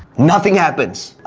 nothing happens,